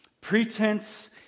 Pretense